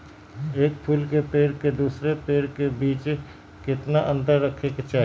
एक फुल के पेड़ के दूसरे पेड़ के बीज केतना अंतर रखके चाहि?